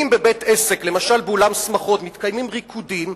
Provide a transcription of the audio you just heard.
אם בבית-עסק, למשל באולם שמחות, מתקיימים ריקודים,